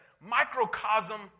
microcosm